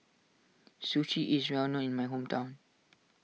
Sushi is well known in my hometown